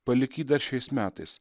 palik jį dar šiais metais